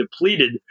depleted